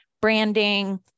branding